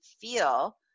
feel